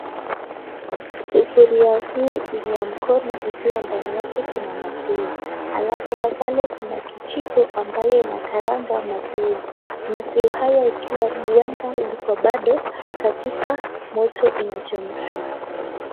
Sufuria hii ni ya mkono ikiwa ndani yake kuna maziwa. Halafu pale kuna kijiko ambayo inakaranga maziwa. Maziwa haya ikiwa huenda iko bado katika moto inachemshwa.